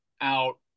out